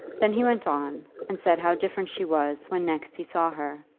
then he went on, and said how different she was when next he saw her.